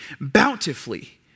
bountifully